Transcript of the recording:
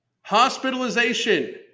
Hospitalization